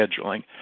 scheduling